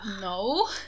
no